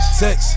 sex